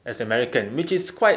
as american which is quite